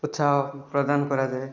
ଉତ୍ସାହ ପ୍ରଦାନ କରାଯାଏ